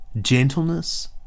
gentleness